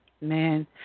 man